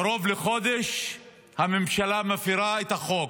קרוב לחודש הממשלה מפירה את החוק.